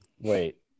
Wait